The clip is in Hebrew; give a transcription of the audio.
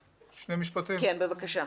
כן, בבקשה.